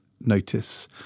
notice